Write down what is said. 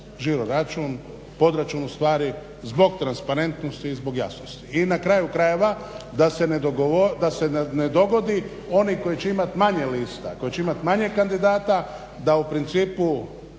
žiro račun, podračun ustvari, zbog transparentnosti i zbog jasnosti. I na kraju krajeva da se ne dogodi, oni koji će imati manje lista, koji će imati manje kandidata da u principu